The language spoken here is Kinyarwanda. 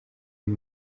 uyu